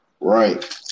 Right